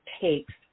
takes